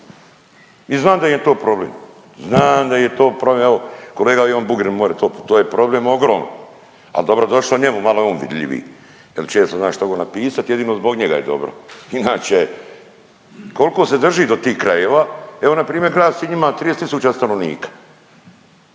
I znam da im je to problem, znam da im je to problem evo kolega Ivan Bugarin more to, to je problem ogroman al dobro došlo njemu, malo je on vidljiviji. Jer često zna štogod napisat jedino zbog njega je dobro inače. Koliko se drži do tih krajeva. Evo npr. grad Sinj ima 30 tisuća stanovnika